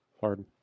hard